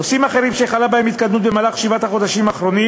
נושאים אחרים שחלה בהם התקדמות במהלך שבעת החודשים האחרונים